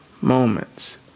moments